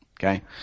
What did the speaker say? Okay